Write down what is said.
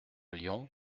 lyon